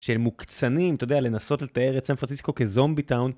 של מוקצנים אתה יודע, לנסות לתאר את סן פרנסיסקו כזומבי טאון.